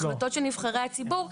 החלטות של נבחרי הציבור,